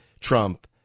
Trump